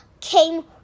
came